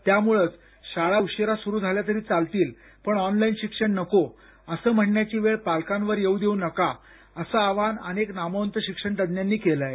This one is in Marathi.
त्यामुळंच शाळा उशिरा सुरू झाल्या तरी चालतील पण ऑनलाईन शिक्षण नको असं म्हणण्याची वेळ पालकांवर येऊ देऊ नका असं आवाहन अनेक नामवंत शिक्षण तज्ज्ञांनीही व्यक्त केलं आहे